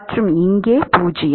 மற்றும் இங்கே 0